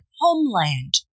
Homeland